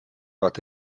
bat